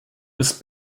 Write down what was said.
miss